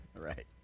Right